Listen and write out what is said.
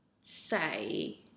say